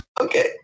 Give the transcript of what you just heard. Okay